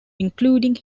including